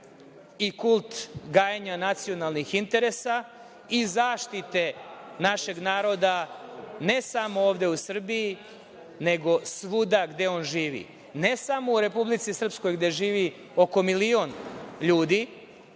i kult gajenja nacionalnih interesa i zaštite našeg naroda ne samo ovde u Srbiji, nego svuda gde on živi, ne samo u Republici Srpskoj, gde živi oko milion ljudi,